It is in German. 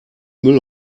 müll